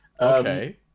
okay